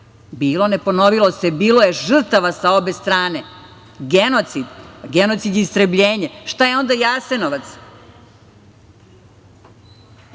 Bilo, ne ponovilo se. Bilo je žrtava sa obe strane. Gonocid je istrebljenje. Šta je onda Jasenovac.